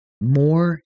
more